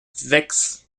sechs